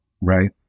right